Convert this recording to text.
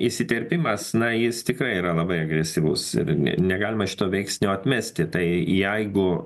įsiterpimas na jis tikrai yra labai agresyvus ir negalima šito veiksnio atmesti tai jeigu